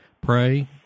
pray